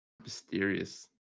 mysterious